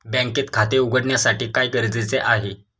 बँकेत खाते उघडण्यासाठी काय गरजेचे आहे?